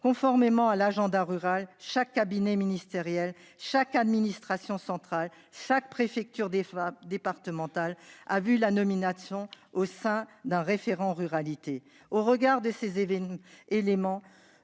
Conformément à l'agenda rural, chaque cabinet ministériel, chaque administration centrale, chaque préfecture départementale a vu la nomination en son sein d'un référent ruralité. Au regard de ces éléments,